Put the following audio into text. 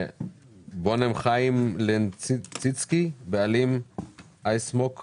בונם חיים לנציצקי, בעלים של אייסמוק פלוס.